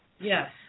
Yes